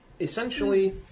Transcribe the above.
Essentially